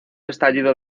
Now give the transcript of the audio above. estallido